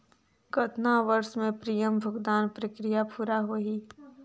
कतना वर्ष मे प्रीमियम भुगतान प्रक्रिया पूरा होही?